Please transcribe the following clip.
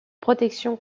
protection